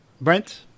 Brent